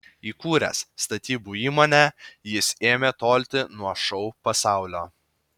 įkūręs statybų įmonę jis ėmė tolti nuo šou pasaulio